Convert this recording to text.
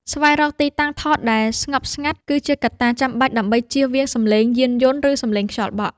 ស្វែងរកទីតាំងថតដែលស្ងប់ស្ងាត់គឺជាកត្តាចាំបាច់ដើម្បីចៀសវាងសំឡេងយានយន្ត ឬ សំឡេងខ្យល់បក់។